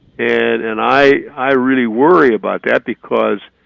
and and i. i really worry about that because